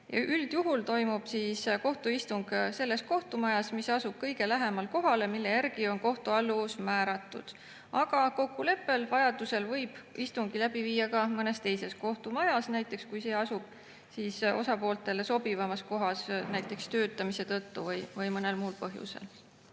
Üldjuhul toimub kohtuistung selles kohtumajas, mis asub kõige lähemal kohale, mille järgi on kohtualluvus määratud, aga vajaduse korral võib istungi läbi viia ka mõnes teises kohtumajas, näiteks kui see asub osapooltele sobivamas kohas töötamise koha tõttu või mõnel muul põhjusel.